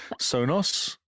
Sonos